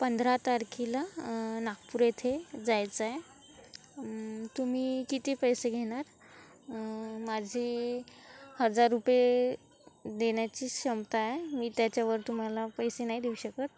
पंधरा तारखेला नागपुर इथे जायचं आहे तुम्ही किती पैसे घेणार माझी हजार रुपये देण्याचीच क्षमता आहे मी त्याच्यावर तुम्हाला पैसे नाही देऊ शकत